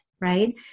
right